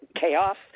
chaos